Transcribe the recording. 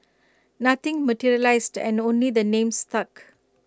nothing materialised and only the name stuck